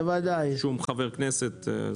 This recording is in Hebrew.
אין מניעה משום חבר כנסת.